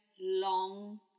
long